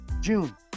June